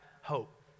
hope